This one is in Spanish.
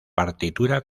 partitura